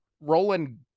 roland